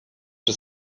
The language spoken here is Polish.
czy